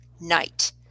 night